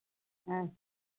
हाँ